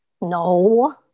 No